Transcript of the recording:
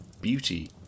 Beauty